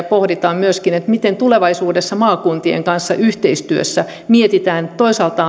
pohditaan myöskin miten tulevaisuudessa maakuntien kanssa yhteistyössä mietitään toisaalta